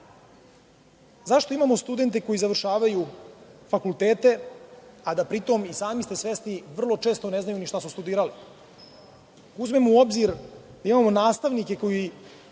uradi.Zašto imamo studente koji završavaju fakultete, a da pri tome, i sami ste svesni, vrlo česti ne znaju ni šta su studirali? Ako uzmemo u obzir da imamo nastavnike koji